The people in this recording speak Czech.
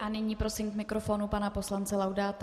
A nyní prosím k mikrofonu pana poslance Laudáta.